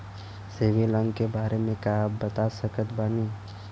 CIBIL अंक के बारे मे का आप बता सकत बानी?